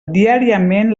diàriament